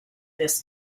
this